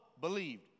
believed